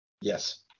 Yes